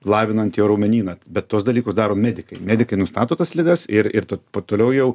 lavinant jo raumenyną bet tuos dalykus daro medikai medikai nustato tas ligas ir ir toliau jau